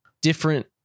different